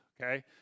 okay